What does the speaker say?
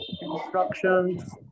instructions